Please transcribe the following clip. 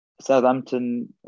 Southampton